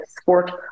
sport